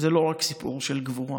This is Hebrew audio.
זה לא רק סיפור של גבורה.